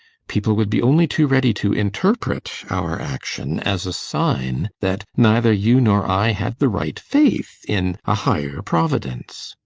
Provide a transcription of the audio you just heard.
people would be only too ready to interpret our action as a sign that neither you nor i had the right faith in a higher providence.